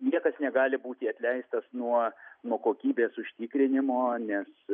niekas negali būti atleistas nuo nuo kokybės užtikrinimo nes